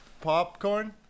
popcorn